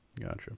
Gotcha